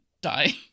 die